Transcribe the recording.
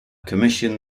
commissioned